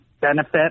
benefit